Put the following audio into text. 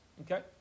Okay